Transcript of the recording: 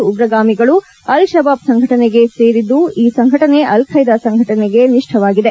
ಎಲ್ಲಾ ಉಗ್ರಗಾಮಿಗಳೂ Al Shabaab ಸಂಘಟನೆಗೆ ಸೋರಿದ್ದು ಈ ಸಂಘಟನೆ ಅಲ್ ಬೈದಾ ಸಂಘಟನೆಗೆ ನಿಷ್ಠವಾಗಿದೆ